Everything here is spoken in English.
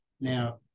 Now